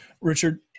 Richard